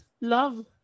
love